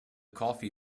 coffee